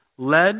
led